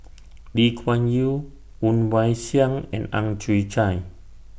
Lee Kuan Yew Woon Wah Siang and Ang Chwee Chai